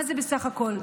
מה זה בסך הכול?